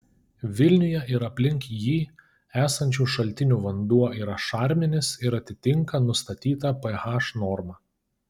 vilniuje ir aplink jį esančių šaltinių vanduo yra šarminis ir atitinka nustatytą ph normą